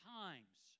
times